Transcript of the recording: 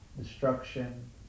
destruction